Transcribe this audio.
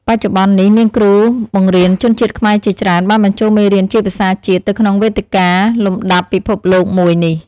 បច្ចុប្បន្ននេះមានគ្រូបង្រៀនជនជាតិខ្មែរជាច្រើនបានបញ្ចូលមេរៀនជាភាសាជាតិទៅក្នុងវេទិកាលំដាប់ពិភពលោកមួយនេះ។